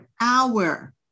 hour